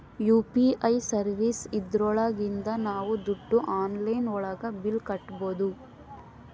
UPI services ಇದ್ರೊಳಗಿಂದ ನಾವ್ ದುಡ್ಡು ಆನ್ಲೈನ್ ಒಳಗ ಬಿಲ್ ಕಟ್ಬೋದೂ